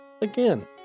Again